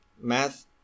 math